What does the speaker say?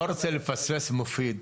אני לא רוצה לפספס, מופיד.